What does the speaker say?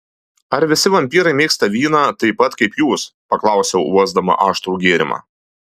ar visi vampyrai mėgsta vyną taip pat kaip jūs paklausiau uosdama aštrų gėrimą